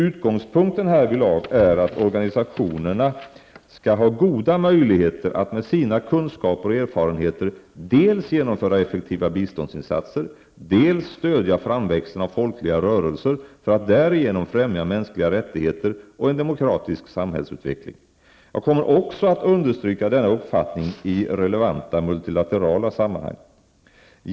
Utgångspunkten härvidlag är att organisationerna skall ha goda möjligheter att med sina kunskaper och erfarenheter dels genomföra effektiva biståndsinsatser, dels stödja framväxten av folkliga rörelser för att därigenom främja mänskliga rättigheter och en demokratisk samhällsutveckling. Jag kommer också att understryka denna uppfattning i relevanta multilaterala sammanhang.